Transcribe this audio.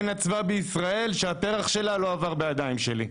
אין אצווה בישראל שהפרח שלה לא עבר בידיים שלי.